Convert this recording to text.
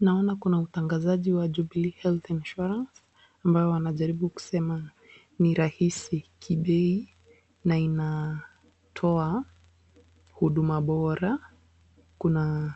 Naona kuna utangazaji wa Jubilee Health Insurance ambayo wanajaribu kusema ni rahisi kibei na inatoa huduma bora, kuna